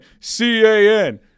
C-A-N